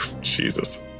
Jesus